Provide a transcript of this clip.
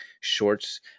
shorts